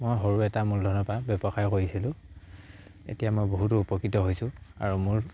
মই সৰু এটা মূলধনৰ পৰা ব্যৱসায় কৰিছিলোঁ এতিয়া মই বহুতো উপকৃত হৈছোঁ আৰু মোৰ